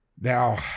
Now